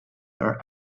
are